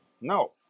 no